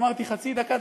אמרתי: חצי דקה,